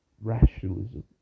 rationalism